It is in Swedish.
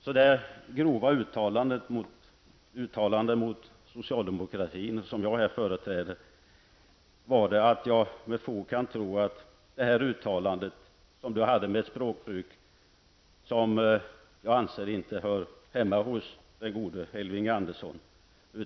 Det var så grova uttalanden mot socialdemokratin, som jag företräder, att jag med fog kan tro att uttalandet med tanke på dess språk inte hör hemma hos den gode Elving Andersson.